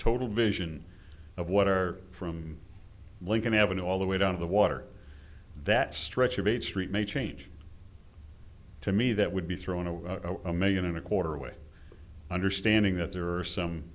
total vision of water from lincoln avenue all the way down to the water that stretch of eighth street may change to me that would be thrown over a million and a quarter away understanding that there are some